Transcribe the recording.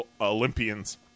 Olympians